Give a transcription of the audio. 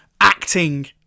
acting